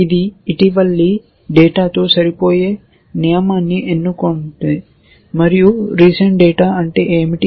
ఇది ఇటీవలి డేటాతో సరిపోయే నియమాన్ని ఎన్నుకోండి మరియు రీసెంట్ డేటా అంటే ఏమిటి